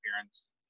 appearance